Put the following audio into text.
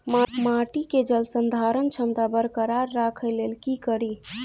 माटि केँ जलसंधारण क्षमता बरकरार राखै लेल की कड़ी?